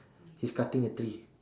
he's cutting a tree